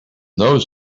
those